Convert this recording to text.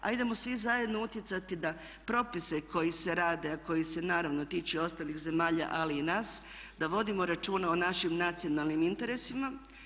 Hajdemo svi zajedno utjecati da propise koji se rade, a koji se naravno tiče ostalih zemalja, ali i nas, da vodimo računa o našim nacionalnim interesima.